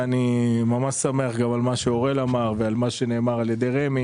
ואני שמח על מה שאוראל אמר ועל מה שנאמר על ידי רמ"י,